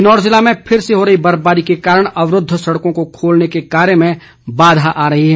किन्नौर जिले में फिर से हो रही बर्फबारी के कारण अवरूद्व सडकों को खोलने के कार्य में बाधा आ रही है